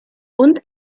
und